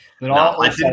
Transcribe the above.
No